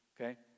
okay